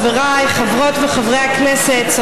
חבריי חברות וחברי הכנסת,